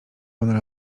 ona